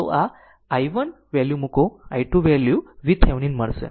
તો i1 value મૂકો i2 value VThevenin મળશે